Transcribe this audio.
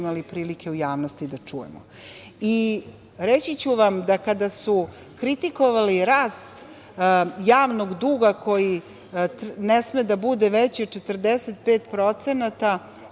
imali prilike u javnosti da čujemo. Reći ću vam kada su kritikovali rast javnog duga, koji ne sme da bude veći od 45%,